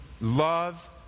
love